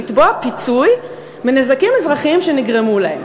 לתבוע פיצוי בנזקים אזרחיים שנגרמו להם.